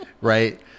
Right